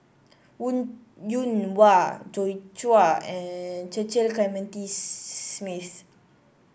Wong Yoon Wah Joi Chua and Cecil Clementi Smith